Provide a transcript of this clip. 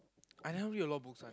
I never read a lot of books one